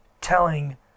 telling